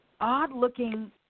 odd-looking